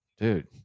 Dude